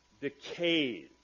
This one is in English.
decays